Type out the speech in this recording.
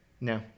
no